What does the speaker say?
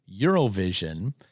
Eurovision